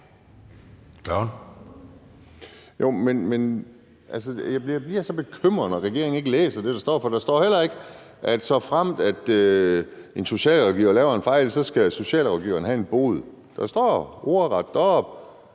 men jeg bliver så bekymret, når regeringen ikke læser det, der står. Der står heller ikke, at såfremt en socialrådgiver laver en fejl, skal socialrådgiveren have en bod. Der står ordret, at der